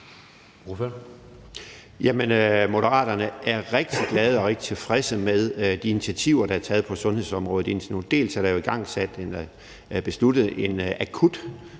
Moderaterne er rigtig glade for og rigtig tilfredse med de initiativer, der er taget på sundhedsområdet indtil nu. Bl.a. er der besluttet en